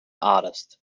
artist